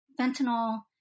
fentanyl